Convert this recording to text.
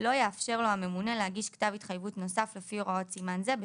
לא יאפשר לו הממונה להגיש כתב התחייבות נוסף לפי הוראות סימן זה,